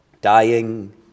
Dying